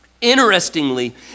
Interestingly